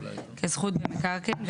כזכות במקרקעין,